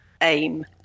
aim